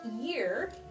year